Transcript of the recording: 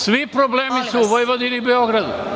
Svi problemi su u Vojvodini i Beogradu.